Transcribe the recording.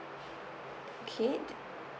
okay